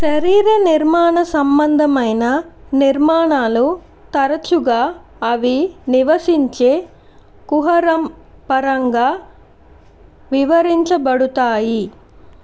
శరీర నిర్మాణ సంబంధమైన నిర్మాణాలు తరచుగా అవి నివసించే కుహరం పరంగా వివరించబడుతాయి